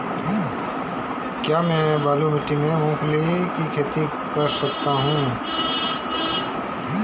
क्या मैं बालू मिट्टी में मूंगफली की खेती कर सकता हूँ?